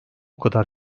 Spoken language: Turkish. kadar